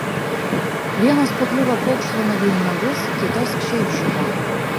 vienos pakliuvo paukštvanagiui į nagus kitos šiaip žuvo